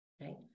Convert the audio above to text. right